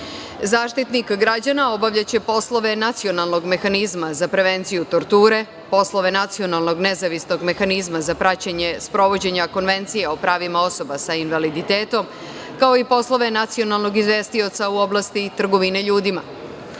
godine.Zaštitnik građana obavljaće poslove nacionalnog mehanizma za prevenciju torture, poslove nacionalnog nezavisnog mehanizma za praćenje sprovođenja Konvencije o pravima osoba sa invaliditetom, kao i poslove nacionalnog izvestioca u oblasti trgovine